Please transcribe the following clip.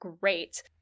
great